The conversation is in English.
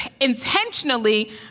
intentionally